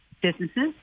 businesses